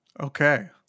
Okay